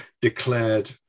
declared